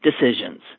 decisions